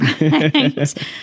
Right